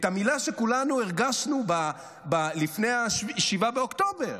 את המילה שכולנו הרגשנו בה לפני 7 באוקטובר: